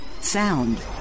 Sound